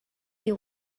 you